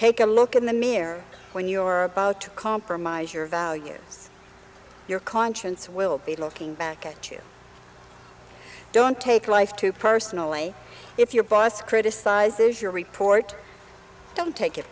take a look in the mirror when your about to compromise your values your conscience will be looking back at you don't take life too personally if your boss criticizes your report don't take it